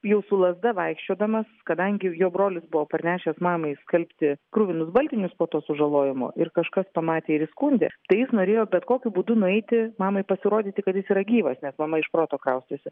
jau su lazda vaikščiodamas kadangi jo brolis buvo parnešęs mamai skalbti kruvinus baltinius po to sužalojimo ir kažkas pamatė ir įskundė tai jis norėjo bet kokiu būdu nueiti mamai pasirodyti kad jis yra gyvas nes mama iš proto kraustėsi